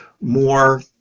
more